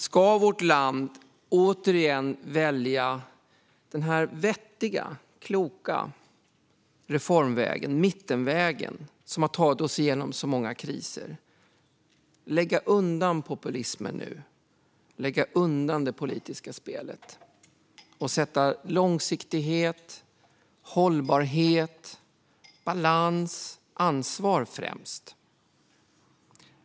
Ska vi i vårt land återigen välja den vettiga, kloka reformvägen, mittenvägen som har tagit oss igenom så många kriser, och lägga undan populismen och det politiska spelet och sätta långsiktighet, hållbarhet, balans och ansvar främst?